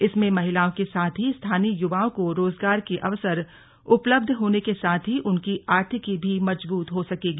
इसमें महिलाओं के साथ ही स्थानीय युवाओं को रोजगार के अवसर उपलब्ध होने के साथ ही उनकी आर्थिकी भी मजबूत हो सकेगी